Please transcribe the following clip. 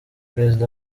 perezida